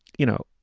you know,